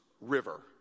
river